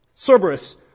Cerberus